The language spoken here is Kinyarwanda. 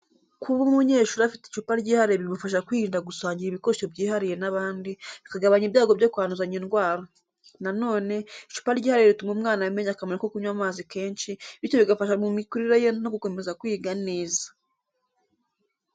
Kuba umunyeshuri afite icupa ryihariye bimufasha kwirinda gusangira ibikoresho byihariye n’abandi, bikagabanya ibyago byo kwanduzanya indwara. Na none, icupa ryihariye rituma umwana amenya akamaro ko kunywa amazi kenshi, bityo bigafasha mu mikurire ye no gukomeza kwiga neza.